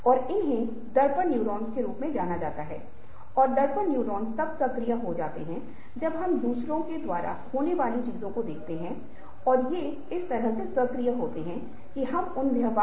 अब यह आपको एक अंतर्दृष्टि देगा कि आप वास्तव में अपने शरीर की समग्रता अपनी आंख के संपर्क आवाज शरीर की भाषा मुस्कुराहट चेहरे के भावों का उपयोग कैसे कर रहे हैं और यह आपके ध्यान के स्तर को संप्रेषित करने के लिए कितना महत्वपूर्ण है